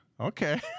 okay